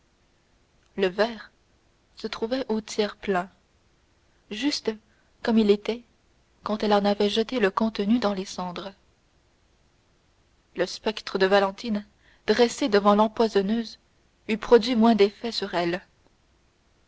le verre se trouvait au tiers plein juste comme il était quand elle en avait jeté le contenu dans les cendres le spectre de valentine dressé devant l'empoisonneuse eût produit moins d'effet sur elle